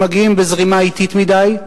שמגיעים בזרימה אטית מדי,